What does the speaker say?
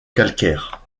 calcaire